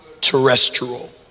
terrestrial